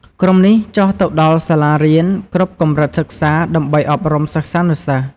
ក្រុមនេះចុះទៅដល់សាលារៀន គ្រប់កម្រិតសិក្សាដើម្បីអប់រំសិស្សានុសិស្ស។